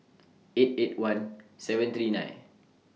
eight eight one seven three nine